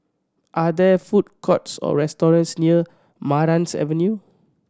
are there food courts or restaurants near Marans Avenue